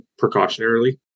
precautionarily